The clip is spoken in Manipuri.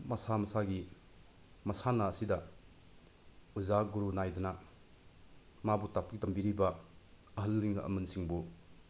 ꯃꯁꯥ ꯃꯁꯥꯒꯤ ꯃꯁꯥꯟꯅ ꯑꯁꯤꯗ ꯑꯣꯖꯥ ꯒꯨꯔꯨ ꯅꯥꯏꯗꯨꯅ ꯃꯥꯕꯨ ꯇꯥꯛꯄꯤ ꯇꯝꯕꯤꯔꯤꯕ ꯑꯍꯜ ꯂꯃꯜꯁꯤꯡꯕꯨ